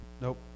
Nope